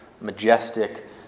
majestic